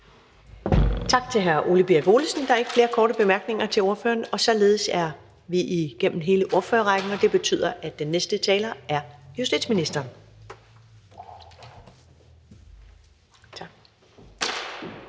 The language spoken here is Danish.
Tak til hr. Ole Birk Olesen. Der er ikke flere korte bemærkninger til ordføreren, og således er vi igennem hele ordførerrækken, og det betyder, at den næste taler er justitsministeren.